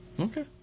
Okay